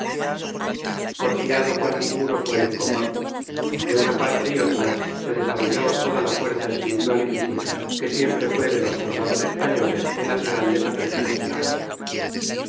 entereza porfiado cual ninguno fue el combate de una parte y otra se desarrolló toda la fuerza espiritual y física que siempre fue d de los soldados españoles en las grandes apreturas de la guerra